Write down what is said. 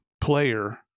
player